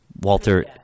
Walter